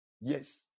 yes